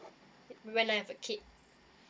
when I have a kid